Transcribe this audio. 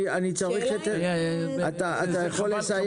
חבל,